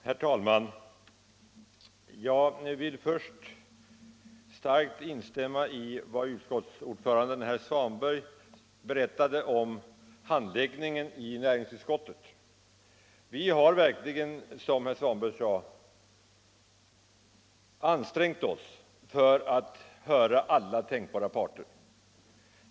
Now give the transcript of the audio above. Herr talman! Jag vill först starkt instämma i vad utskottsordföranden herr Svanberg berättade om handläggningen i näringsutskottet. Vi har verkligen, som herr Svanberg sade, ansträngt oss för att höra alla tänkbara parter.